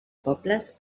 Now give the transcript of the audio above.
pobles